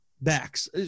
backs